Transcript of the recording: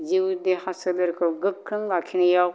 जिउ देहा सोलेरखौ गोख्रों लाखिनायाव